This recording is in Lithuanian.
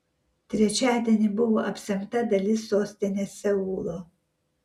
trečiadienį buvo apsemta dalis sostinės seulo